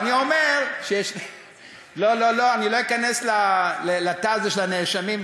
אני לא אכנס לתא הזה של הנאשמים,